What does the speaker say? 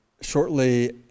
Shortly